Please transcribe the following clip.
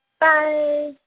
bye